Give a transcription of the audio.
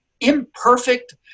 imperfect